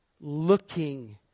looking